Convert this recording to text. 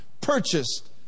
purchased